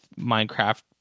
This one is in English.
Minecraft